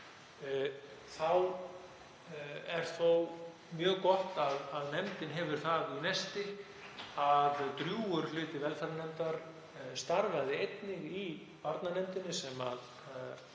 Þá er þó mjög gott að nefndin hefur það í nesti að drjúgur hluti velferðarnefndar starfaði einnig í barnanefndinni sem